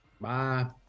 Bye